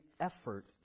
effort